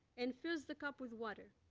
and fills the cup with water.